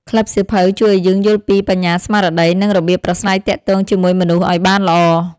ក្លឹបសៀវភៅជួយឱ្យយើងយល់ពី បញ្ញាស្មារតី និងរបៀបប្រាស្រ័យទាក់ទងជាមួយមនុស្សឱ្យបានល្អ។